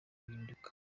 guhinduka